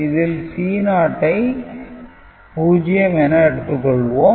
இதில் C0 ஐ 0 என எடுத்துக் கொள்வோம்